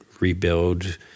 rebuild